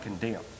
condemn